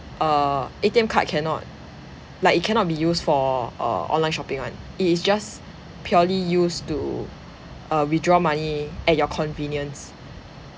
err A_T_M card cannot like it cannot be used for err online shopping [one] it is just purely used to err withdraw money at your convenience